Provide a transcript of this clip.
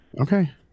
okay